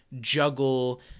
juggle